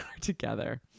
together